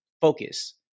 focus